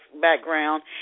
background